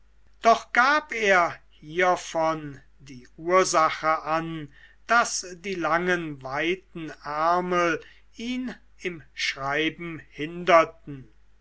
doch gab er hiervon die ursache an daß die langen weiten ärmel ihn im schreiben hinderten